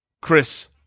Chris